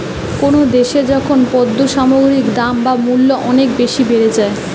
কোনো দ্যাশে যখন পণ্য সামগ্রীর দাম বা মূল্য অনেক বেশি বেড়ে যায়